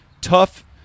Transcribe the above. tough